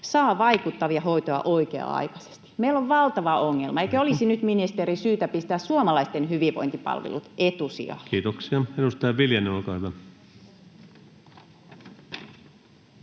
vaikuttavaa hoitoa oikea-aikaisesti. Meillä on valtava ongelma. [Puhemies: Aika!] Eikö olisi nyt, ministeri, syytä pistää suomalaisten hyvinvointipalvelut etusijalle? Kiitoksia. — Edustaja Viljanen, olkaa hyvä.